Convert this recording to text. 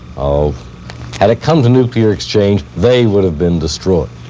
um had it come to nuclear exchange, they would've been destroyed.